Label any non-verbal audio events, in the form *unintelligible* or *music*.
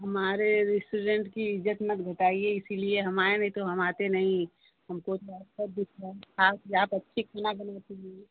हमारे रेस्टोरेंट की इज्जत मत लुटाइए इसीलिये हम आए नहीं तो हम आते नहीं हमको *unintelligible* आप आप अच्छी सलाह दोगे इसलिये